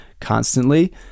constantly